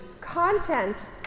content